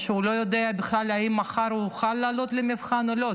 שהוא לא יודע בכלל אם מחר הוא יוכל לעלות למבחן או לא,